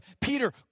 Peter